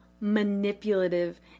manipulative